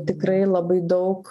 tikrai labai daug